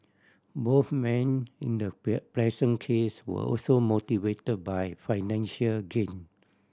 both men in the present case were also motivated by financial gain